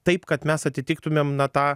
taip kad mes atitiktumėm na tą